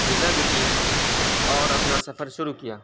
reserve کی اور اپنا سفر شروع کیا